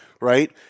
Right